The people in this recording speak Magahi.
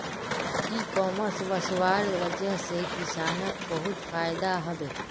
इ कॉमर्स वस्वार वजह से किसानक बहुत फायदा हबे